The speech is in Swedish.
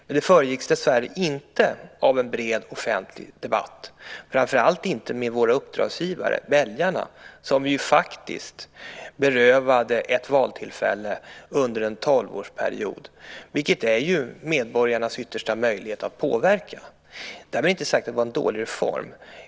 Men den föregicks dessvärre inte av en bred offentlig debatt, framför allt inte med våra uppdragsgivare, väljarna, som vi ju faktiskt berövade ett valtillfälle under en tolvårsperiod, vilket ju är medborgarnas yttersta möjlighet att påverka. Därmed inte sagt att det var en dålig reform.